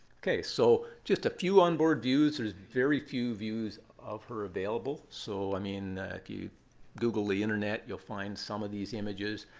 ok, so just a few on board views. there's very few views of her available. so i mean, if you google the internet, you'll find some of these images.